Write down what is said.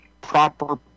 proper